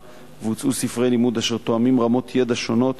והוצאו ספרי לימוד אשר תואמים רמות ידע שונות,